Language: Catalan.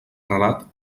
relat